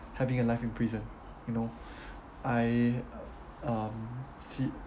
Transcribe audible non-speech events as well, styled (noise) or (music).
having a life in prison you know (breath) I um see